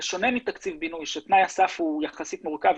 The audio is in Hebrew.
בשונה מתקציב בינוי שתנאי הסף הוא יחסית מורכב,